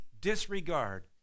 disregard